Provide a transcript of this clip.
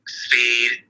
speed